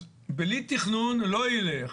אז בלי תכנון לא יילך,